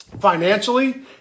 financially